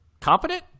competent